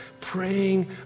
praying